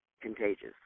contagious